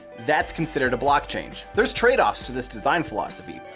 that's considered a block change. there's trade offs to this design philosophy.